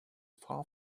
far